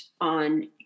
on